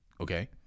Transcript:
Okay